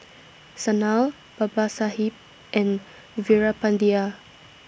Sanal Babasaheb and Veerapandiya